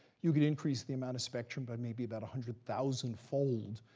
you could increase the amount of spectrum by maybe about a hundred thousandfold,